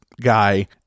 guy